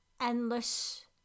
endless